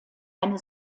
eine